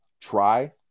try